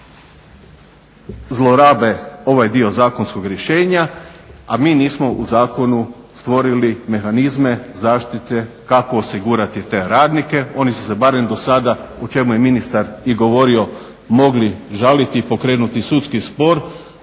zlorabe ovaj dio zakonskog rješenja a mi nismo u zakonu stvorili mehanizme zaštite kako osigurati te radnike. Oni su se barem dosada o čemu je ministar i govorio mogli žaliti i pokrenuti sudski spor,